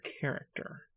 character